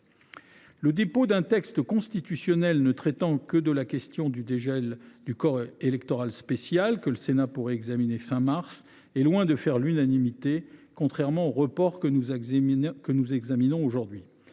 Le dépôt d’un texte constitutionnel ne traitant que de la question du dégel du corps électoral spécial, que le Sénat devrait examiner à la fin du mois de mars, est loin de faire l’unanimité, contrairement au report que nous examinons aujourd’hui.